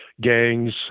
gangs